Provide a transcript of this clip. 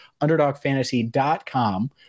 Underdogfantasy.com